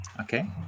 Okay